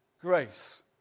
grace